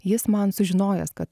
jis man sužinojęs kad